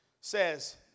Says